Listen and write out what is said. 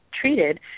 treated